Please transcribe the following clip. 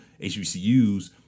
HBCUs